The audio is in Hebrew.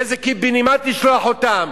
לאיזה קיבינימט לשלוח אותם,